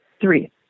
Three